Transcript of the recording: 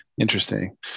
Interesting